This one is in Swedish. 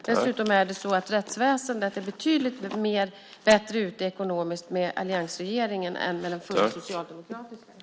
Dessutom är rättsväsendet betydligt bättre ute ekonomiskt med alliansregeringen än med den förra socialdemokratiska.